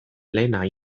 lehena